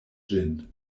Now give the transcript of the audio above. ĝin